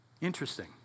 Interesting